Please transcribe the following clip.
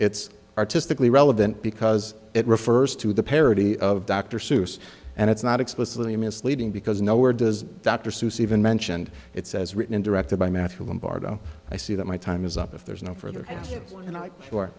it's artistically relevant because it refers to the parody of dr seuss and it's not explicitly misleading because nowhere does dr seuss even mentioned it says written and directed by matthew vaughn bardot i see that my time is up if there's no further